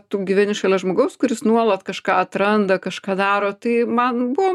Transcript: tu gyveni šalia žmogaus kuris nuolat kažką atranda kažką daro tai man buvo